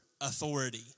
authority